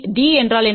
D என்றால் என்ன